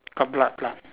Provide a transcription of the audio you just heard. got blood blood